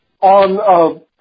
on